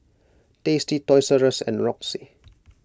Tasty Toys R Us and Roxy